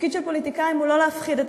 התפקיד של פוליטיקאים הוא לא להפחיד את